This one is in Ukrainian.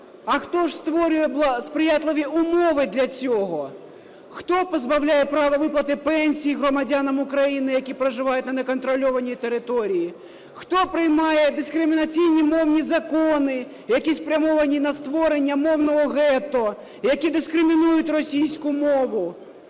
А хто ж створює сприятливі умови для цього? Хто позбавляє права виплати пенсій громадянам України, які проживають на неконтрольованій території? Хто приймає дискримінаційні мовні закони, які спрямовані на створення "мовного гетто", які дискримінують російську мову?